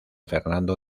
fernando